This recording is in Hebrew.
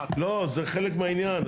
לא, זה חלק מהעניין.